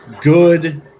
good